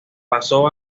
pasó